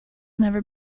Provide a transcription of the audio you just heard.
never